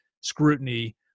scrutiny